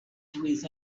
trees